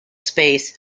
space